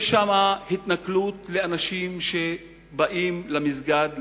יש שם התנכלות לאנשים שבאים למסגד להתפלל.